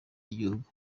y’igihugu